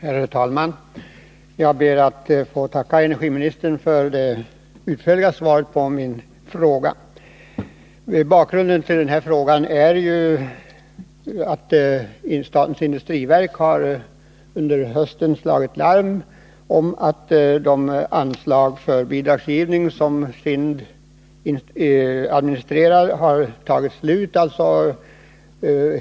Herr talman! Jag ber att få tacka energiministern för det utförliga svaret på min fråga. Bakgrunden till frågan är att statens industriverk under hösten har slagit larm om att de anslag för bidragsgivning som SIND administrerar har tagit slut.